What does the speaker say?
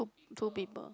two people